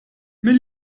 minn